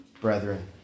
brethren